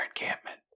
encampment